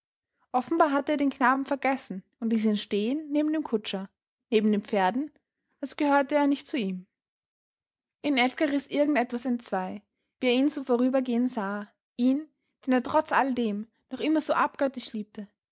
offenbar hatte er den knaben vergessen und ließ ihn stehen neben dem kutscher neben den pferden als gehörte er nicht zu ihm in edgar riß irgend etwas entzwei wie er ihn so vorübergehen sah ihn den er trotz alldem noch immer so abgöttisch liebte